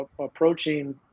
approaching